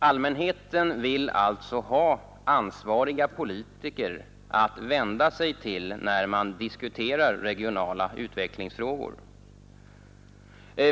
Allmänheten vill alltså ha ansvariga politiker att vända sig till när man diskuterar regionala utvecklingsfrågor.